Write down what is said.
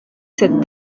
cette